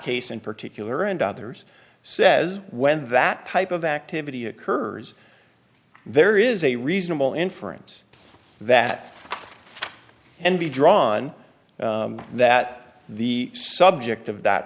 case in particular and others says when that type of activity occurs there is a reasonable inference that an be drawn that the subject of that